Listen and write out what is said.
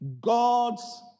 God's